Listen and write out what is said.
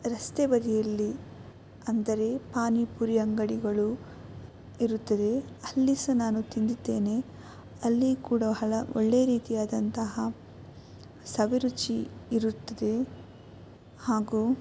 ರಸ್ತೆ ಬದಿಯಲ್ಲಿ ಅಂದರೆ ಪಾನಿಪುರಿ ಅಂಗಡಿಗಳು ಇರುತ್ತದೆ ಅಲ್ಲಿ ಸಹ ನಾನು ತಿಂದಿದ್ದೇನೆ ಅಲ್ಲಿ ಕೂಡ ಹಲ ಒಳ್ಳೆಯ ರೀತಿಯಾದಂತಹ ಸವಿರುಚಿ ಇರುತ್ತದೆ ಹಾಗೂ